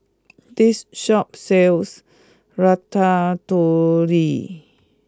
this shop sells Ratatouille